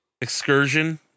excursion